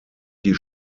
die